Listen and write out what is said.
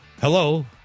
hello